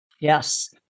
Yes